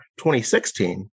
2016